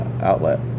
outlet